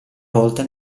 volta